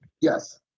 Yes